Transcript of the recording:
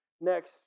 next